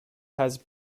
has